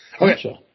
Okay